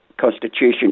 Constitution